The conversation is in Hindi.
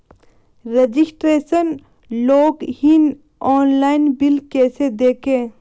रजिस्ट्रेशन लॉगइन ऑनलाइन बिल कैसे देखें?